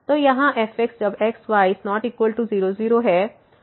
तो यहाँ fx जब x y≠0 0 है